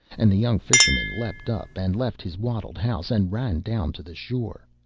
and the young fisherman leapt up, and left his wattled house, and ran down to the shore.